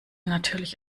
natürlich